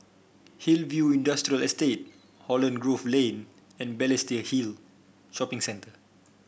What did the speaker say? Hillview Industrial Estate Holland Grove Lane and Balestier Hill Shopping Centre